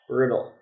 Brutal